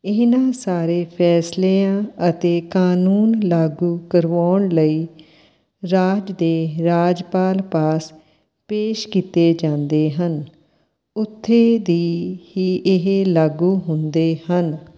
ਇਹਨਾਂ ਸਾਰੇ ਫੈਸਲਿਆਂ ਅਤੇ ਕਾਨੂੰਨ ਲਾਗੂ ਕਰਵਾਉਣ ਲਈ ਰਾਜ ਦੇ ਰਾਜਪਾਲ ਪਾਸ ਪੇਸ਼ ਕੀਤੇ ਜਾਂਦੇ ਹਨ ਉੱਥੇ ਦੇ ਹੀ ਇਹ ਲਾਗੂ ਹੁੰਦੇ ਹਨ